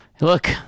Look